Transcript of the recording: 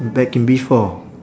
back in B four